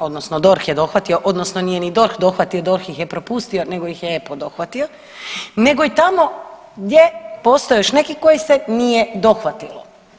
odnosno DORH je dohvatio, odnosno nije ni DORH dohvatio, DORH ih je propustio, nego ih je … [[Govornica se ne razumije.]] dohvatio nego i tamo gdje postoje još neki koji se nije dohvatilo.